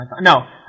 No